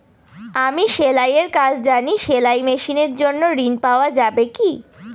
আমি সেলাই এর কাজ জানি সেলাই মেশিনের জন্য ঋণ পাওয়া যাবে কি?